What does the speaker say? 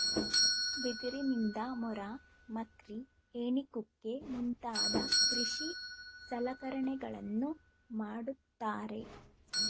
ಬಿದಿರಿನಿಂದ ಮೊರ, ಮಕ್ರಿ, ಏಣಿ ಕುಕ್ಕೆ ಮುಂತಾದ ಕೃಷಿ ಸಲಕರಣೆಗಳನ್ನು ಮಾಡುತ್ತಾರೆ